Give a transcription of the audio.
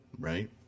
right